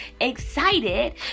excited